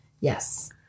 yes